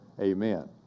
Amen